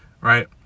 right